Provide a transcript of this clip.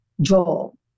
Joel